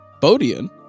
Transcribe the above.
Bodian